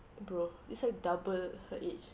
bro he's like double her age